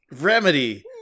Remedy